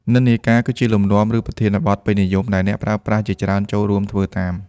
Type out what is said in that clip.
និន្នាការ គឺជាលំនាំ ឬប្រធានបទពេញនិយមដែលអ្នកប្រើប្រាស់ជាច្រើនចូលរួមធ្វើតាម។